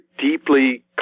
deeply